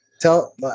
Tell